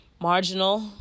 marginal